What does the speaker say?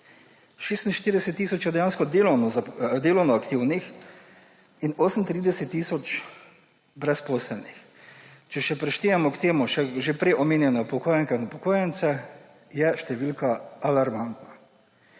46 tisoč je delovnoaktivnih in 38 tisoč brezposelnih. Če prištejemo k tem že prej omenjene upokojenke in upokojence, je številka alarmantna.